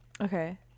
okay